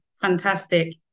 fantastic